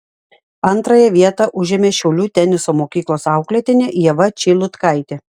antrąją vietą užėmė šiaulių teniso mokyklos auklėtinė ieva čeilutkaitė